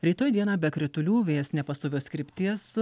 rytoj dieną be kritulių vėjas nepastovios krypties